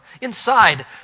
inside